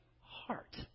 heart